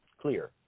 clear